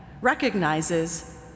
recognizes